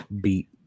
beat